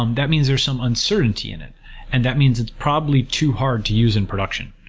um that means there are some uncertainty in it and that means probably too hard to use in production.